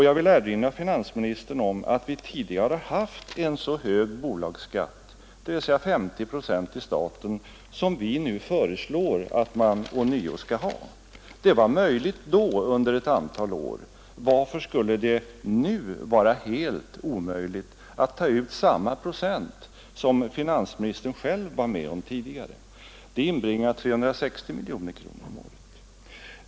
Jag vill erinra finansministern om att vi tidigare har haft en lika hög statlig bolagsskatt, 50 procent, som vi nu föreslår att man skall ha. Det var möjligt då, under ett antal år. Varför skulle det vara helt omöjligt att ta ut samma procent som finansministern själv var med om att ta ut tidigare? Det inbringar 360 miljoner kronor om året.